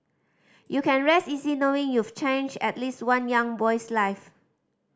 you can rest easy knowing you've changed at least one young boy's life